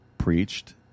Preached